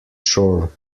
shore